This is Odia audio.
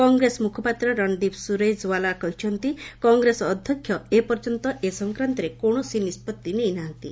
କଂଗ୍ରେସ ମୁଖପାତ୍ର ରଣଦୀପ ସ୍ରର୍ଜେୱାଲା କହିଛନ୍ତି କଂଗ୍ରେସ ଅଧ୍ୟକ୍ଷ ଏପର୍ଯ୍ୟନ୍ତ ଏ ସଂକ୍ରାନ୍ତରେ କୌଣସି ନିଷ୍କଭି ନେଇନାହାନ୍ତି